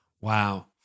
Wow